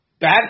bad